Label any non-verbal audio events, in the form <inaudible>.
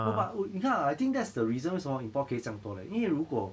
no but <noise> 你看 I think that's the reason 为什么 import case 这样多 leh 因为如果